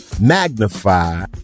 magnify